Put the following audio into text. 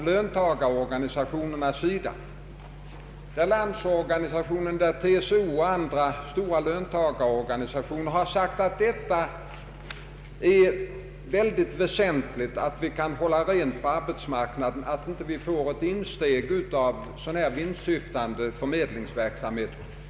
Landsorganisationen, TCO och andra stora löntagarorganisationer har sagt att det är mycket väsentligt att vi kan hålla rent på arbetsmarknaden, så att vi inte får ett inslag av vinstsyftande förmedlingsverksamhet.